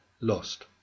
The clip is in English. lost